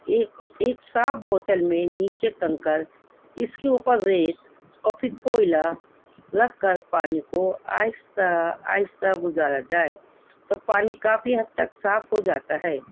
ایک ایک صاف بوتل میں نیچے کنکر اس کے اوپر ریت اور پھر کوئلہ رکھ کر پانی کو آہستہ آہستہ گزارا جائے تو پانی کافی حد تک صاف ہو جاتا ہے